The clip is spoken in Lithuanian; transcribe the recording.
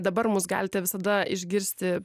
dabar mūs galite visada išgirsti